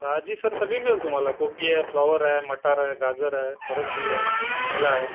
भाजी सर सगळी मिळेल तुम्हाला कोबी आहे फ्लॉवर आहे मटार आहे गाजर आहे फरसबी आहे शिमला आहे